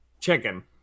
Chicken